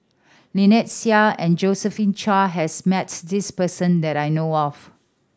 Lynnette Seah and Josephine Chia has met this person that I know of